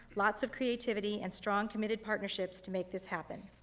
lots of creativity, and strong committed partnerships to make this happen.